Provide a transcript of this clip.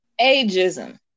Ageism